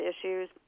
issues